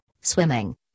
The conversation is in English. swimming